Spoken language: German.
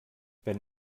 wenn